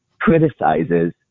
criticizes